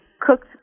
cooked